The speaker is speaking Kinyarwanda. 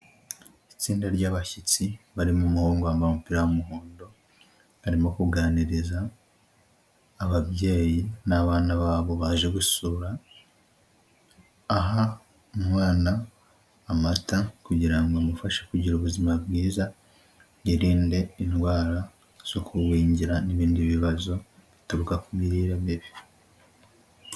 Itsinda ry'abashyitsi bari mu umuhungu wambaye umupira w'umuhondo arimo kuganiriza ababyeyi n'abana babo baje gusura, aha umwana amata kugira ngo amufashe kugira ubuzima bwiza yirinde indwara zo kugwingira n'ibindi bibazo bituruka ku mirire mibi.